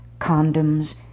condoms